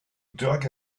dug